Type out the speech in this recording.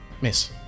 Miss